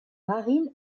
marine